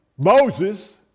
Moses